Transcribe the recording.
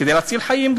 כדי להציל חיים.